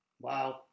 Wow